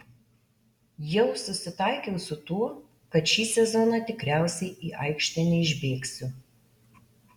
jau susitaikiau su tuo kad šį sezoną tikriausiai į aikštę neišbėgsiu